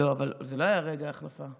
אבל זה לא היה רגע החלפה.